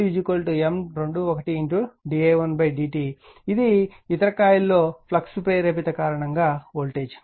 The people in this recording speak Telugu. v2M 21d i 1dt ఇది ఇతర కాయిల్ లో ఫ్లక్స్ కారణంగా ప్రేరేపిత వోల్టేజ్